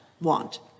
want